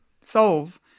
solve